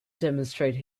demonstrate